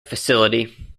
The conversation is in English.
facility